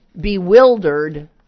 bewildered